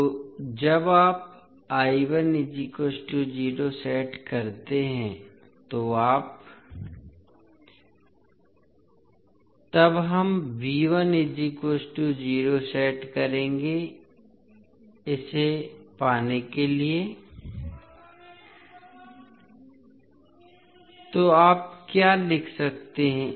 तो जब आप सेट करते हैं तो आप तब हम सेट करेंगे पाने के लिए तो आप क्या लिख सकते हैं